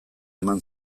eman